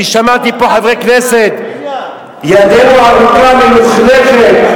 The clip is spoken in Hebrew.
שמעתי פה חברי כנסת שאומרים שידנו ארוכה, מלוכלכת.